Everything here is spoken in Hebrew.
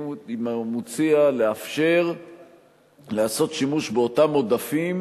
הוא מציע לאפשר לעשות שימוש באותם עודפים